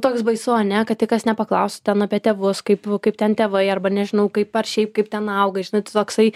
toks baisu ane kad tik kas nepaklaustų ten apie tėvus kaip kaip ten tėvai arba nežinau kaip ar šiaip kaip ten auga žinai tu toksai